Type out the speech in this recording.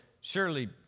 surely